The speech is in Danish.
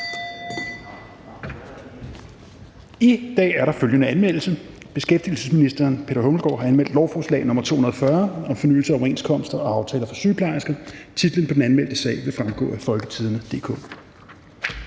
I dag er der følgende anmeldelse: Beskæftigelsesministeren (Peter Hummelgaard): Lovforslag nr. L 240 (Forslag til lov om fornyelse af overenskomster og aftaler for sygeplejersker). Titlen på den anmeldte sag vil fremgå af www.folketingstidende.dk